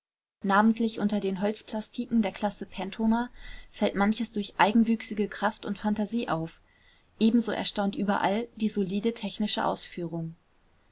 namentlich unter den holzplastiken der klasse penthoner fällt manches durch eigenwüchsige kraft und phantasie auf ebenso erstaunt überall die solide technische ausführung